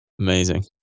Amazing